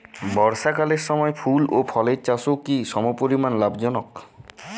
বর্ষাকালের সময় ফুল ও ফলের চাষও কি সমপরিমাণ লাভজনক?